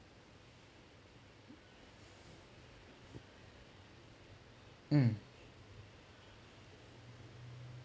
um